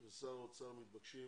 ושר האוצר מתבקשים